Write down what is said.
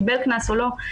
קיבל קנס או לא קיבל קנס.